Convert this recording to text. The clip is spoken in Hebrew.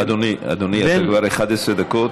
לא, אדוני, אתה כבר 11 דקות.